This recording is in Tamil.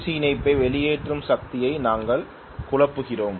சி இணைப்பு வெளியேற்றும் சக்தியை நாங்கள் குழப்புகிறோம்